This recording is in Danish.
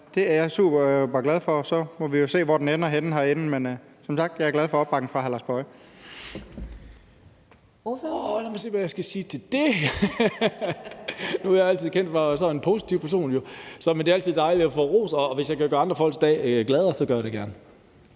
Det er jeg superglad for, og så må vi jo se, hvor den ender henne herinde, men som sagt er jeg glad for opbakningen fra hr.